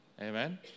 Amen